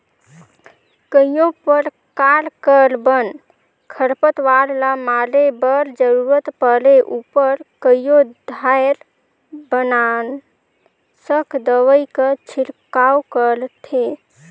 कइयो परकार कर बन, खरपतवार ल मारे बर जरूरत परे उपर कइयो धाएर बननासक दवई कर छिड़काव करथे